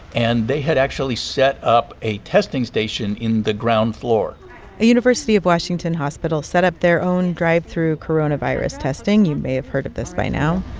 and they had actually set up a testing station in the ground floor a university of washington hospital setup their own drive-through coronavirus testing. you may have heard of this by now